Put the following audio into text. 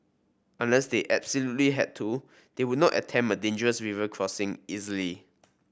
unless they absolutely had to they would not attempt a dangerous river crossing easily